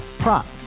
prop